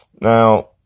Now